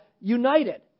united